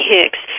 Hicks